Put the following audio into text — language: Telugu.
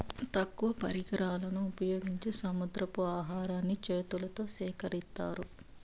తక్కువ పరికరాలను ఉపయోగించి సముద్రపు ఆహారాన్ని చేతులతో సేకరిత్తారు